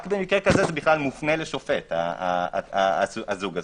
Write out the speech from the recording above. רק אז זה בכלל מופנה לשופט, הזוג הזה.